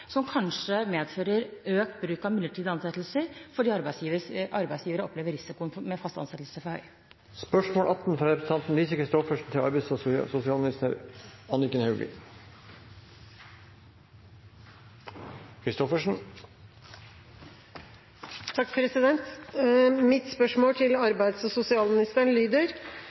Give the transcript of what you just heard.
som kanskje medfører økt bruk av midlertidige ansettelser fordi arbeidsgiver opplever at risikoen med fast ansettelse er for høy. Mitt spørsmål til arbeids- og sosialministeren lyder: «I trygdeoppgjøret 2015 og